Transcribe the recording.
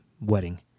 wedding